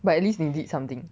but at least 你 did something